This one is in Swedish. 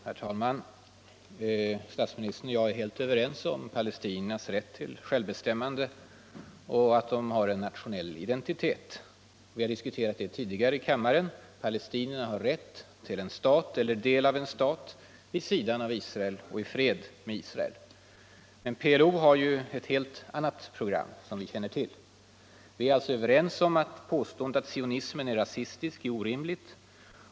Herr talman! Statsministern och jag är överens om palestiniernas rätt till självbestämmande och om att de har en nationell identitet. Vi har 11 diskuterat detta tidigare i kammaren. Palestinierna har rätt till en stat, eller del av en stat, vid sidan av Israel och i fred med Israel. Men som vi känner till har ju PLO ett helt annat program. Och vi tycks vara överens om att påståendet att sionismen är rasistisk är orimligt.